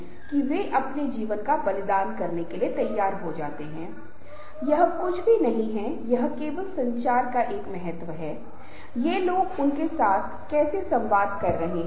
समूह भावना होनी चाहिए और कुछ हासिल करने के लिए कुछ कार्य करने के लिए समूह में और कुछ निर्णय लेने के लिए समूह बनाए जाते हैं